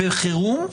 בחירום?